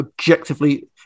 Objectively